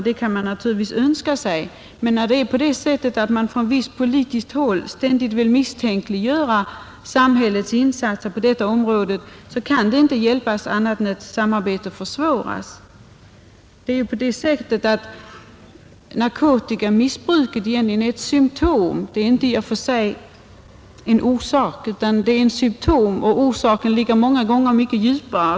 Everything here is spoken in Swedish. Det kan man naturligtvis önska sig, men när man från visst politiskt håll ständigt vill misstänkliggöra samhällets insatser på detta område kan det inte hjälpas att ett samarbete försvåras. Narkotikamissbruket är egentligen ett symtom och inte någon orsak. Det är ett symtom och orsaken ligger många gånger mycket djupt.